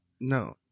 No